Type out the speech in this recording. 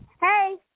Hey